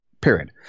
period